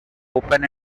open